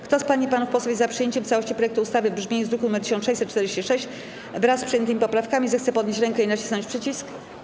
Kto z pań i panów posłów jest za przyjęciem w całości projektu ustawy w brzmieniu z druku nr 1646, wraz z przyjętymi poprawkami, zechce podnieść rękę i nacisnąć przycisk.